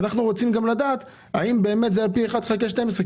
אנחנו רוצים גם לדעת האם באמת זה על פי 1 חלקי 12,